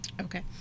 Okay